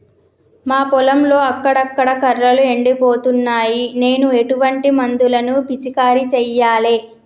మా పొలంలో అక్కడక్కడ కర్రలు ఎండిపోతున్నాయి నేను ఎటువంటి మందులను పిచికారీ చెయ్యాలే?